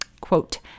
quote